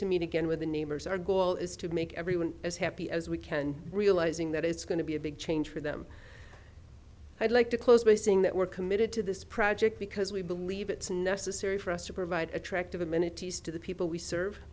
to meet again with the neighbors our goal is to make everyone as happy as we can realizing that it's going to be a big change for them i'd like to close by saying that we're committed to this project because we believe it's necessary for us to provide attractive amenities to the people we serve